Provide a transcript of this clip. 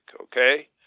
okay